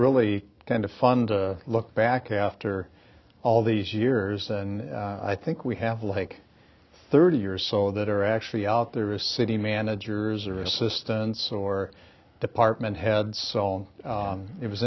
really kind of fund look back after all these years and i think we have like thirty years so that are actually out there is city managers or assistants or department heads so and it was